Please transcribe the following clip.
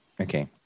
Okay